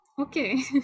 Okay